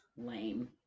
lame